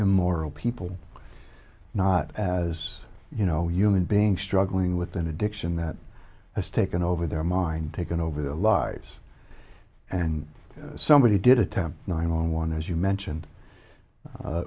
immoral people not as you know human beings struggling with an addiction that has taken over their mind taken over the lars and somebody did attempt nine on one as you mentioned